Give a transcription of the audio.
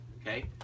Okay